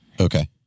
Okay